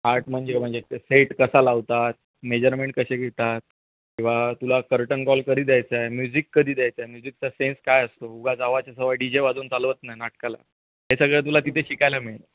art म्हणजे म्हणजे ते सेट कसा लावतात मेजरमेंट कसे घेतात किंवा तुला कर्टन कॉल कधी द्यायचा आहे म्युझिक कधी द्यायचं आहे म्युझिकचा सेन्स काय असतो उगा अवाच्या सवा डी जे वाजून चालवत नाही नाटकाला हे सगळं तुला तिथे शिकायला मिळेल